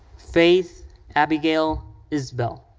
faith abigayle isbell.